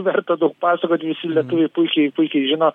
verta daug pasakot visi lietuviai puikiai puikiai žino